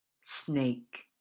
snake